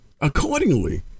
Accordingly